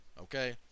Okay